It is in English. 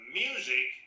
music